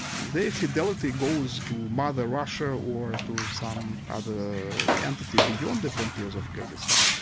their fidelity goes to mother russia or to some other entity beyond the frontiers of kyrgyzstan.